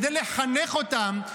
כדי לחנך אותם,